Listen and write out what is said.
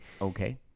Okay